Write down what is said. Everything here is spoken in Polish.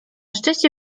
szczęście